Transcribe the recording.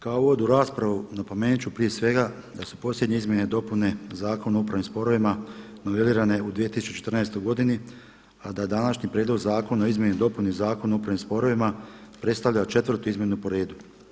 Kao uvod u raspravu napomenuti ću prije svega da su posljednje izmjene i dopune Zakona o upravnim sporovima novelirane u 2014. godini a da današnji Prijedlog zakona o izmjeni i dopuni Zakona o upravnim sporovima predstavlja 4.-tu izmjenu po redu.